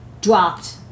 dropped